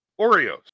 Oreos